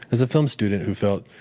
as a film student who felt,